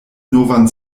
novan